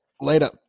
Later